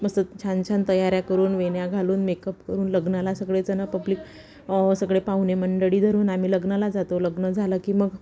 मस्त छान छान तयाऱ्या करून वेण्या घालून मेकअप करून लग्नाला सगळे जण पब्लिक सगळे पाहुणे मंडळी घरून आम्ही लग्नाला जातो लग्न झालं की मग